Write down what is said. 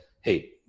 Hey